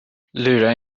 lura